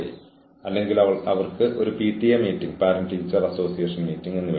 തന്റെ കാഴ്ചപ്പാട് അവതരിപ്പിക്കാൻ ജീവനക്കാരന് അവസരം നൽകുക